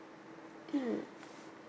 mm